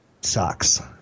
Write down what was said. sucks